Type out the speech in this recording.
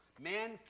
Man